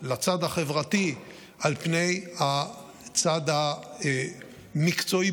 לצד החברתי על פני הצד המקצועי-ביצועי,